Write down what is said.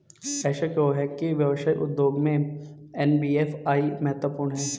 ऐसा क्यों है कि व्यवसाय उद्योग में एन.बी.एफ.आई महत्वपूर्ण है?